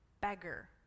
beggar